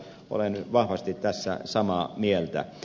olen vahvasti tässä samaa mieltä